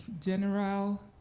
general